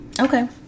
Okay